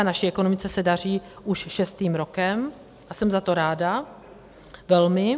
A naší ekonomice se daří už šestým rokem a jsem za to ráda, velmi.